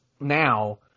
now